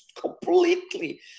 completely